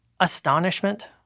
astonishment